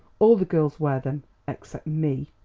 all the girls wear them except me.